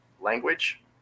language